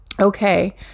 Okay